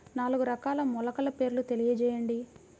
నాలుగు రకాల మొలకల పేర్లు తెలియజేయండి?